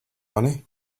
money